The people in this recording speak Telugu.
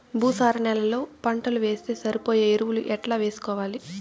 భూసార నేలలో పంటలు వేస్తే సరిపోయే ఎరువులు ఎట్లా వేసుకోవాలి?